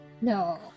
No